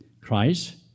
Christ